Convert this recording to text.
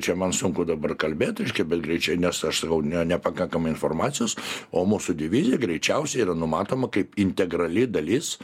čia man sunku dabar kalbėt reiškia bet greičia nes aš sakau nepakankamai informacijos o mūsų divizija greičiausiai yra numatoma kaip integrali dalis